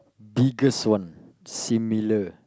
biggest one similar